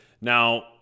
Now